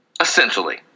essentially